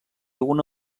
una